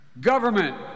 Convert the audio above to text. Government